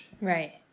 Right